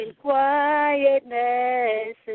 quietness